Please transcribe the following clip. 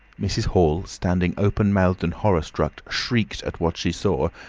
mrs. hall, standing open-mouthed and horror-struck, shrieked at what she saw,